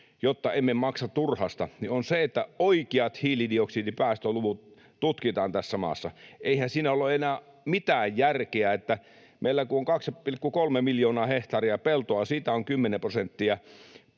jotta emme maksa turhasta, on se, että oikeat hiilidioksidipäästöluvut tutkitaan tässä maassa. Eihän siinä ole mitään järkeä, että meillä kun on 2,3 miljoonaa hehtaaria peltoa ja siitä on kymmenen prosenttia